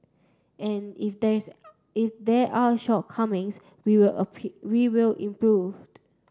and if there is if there are shortcomings we will we will improved